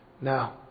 Now